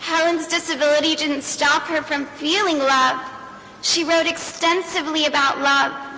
helens disability didn't stop her from feeling loved she wrote extensively about love